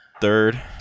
third